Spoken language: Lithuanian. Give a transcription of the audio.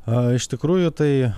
a iš tikrųjų tai